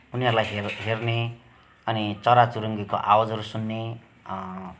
उनीहरूलाई हेर हेर्ने अनि चराचुरुङ्गीको आवाजहरू सुन्ने